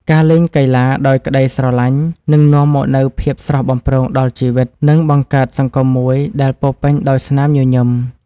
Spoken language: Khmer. ការលេងកីឡាដោយក្តីស្រឡាញ់នឹងនាំមកនូវភាពស្រស់បំព្រងដល់ជីវិត និងបង្កើតសង្គមមួយដែលពោរពេញដោយស្នាមញញឹម។